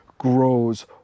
grows